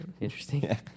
Interesting